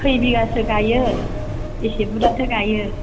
खै बिगासो गाइयो बेसे बुरजाथो गाइयो